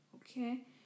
Okay